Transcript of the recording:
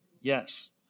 Yes